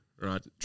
right